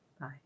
Bye